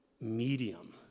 Medium